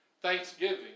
thanksgiving